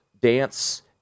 dance